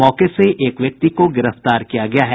मौके से एक व्यक्ति को गिरफ्तार किया गया है